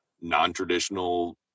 non-traditional